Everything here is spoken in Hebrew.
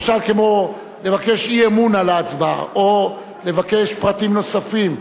למשל לבקש אי-אמון על ההצבעה או לבקש פרטים נוספים.